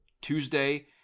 Tuesday